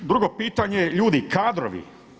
Drugo pitanje je ljudi kadrovi.